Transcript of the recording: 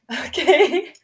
okay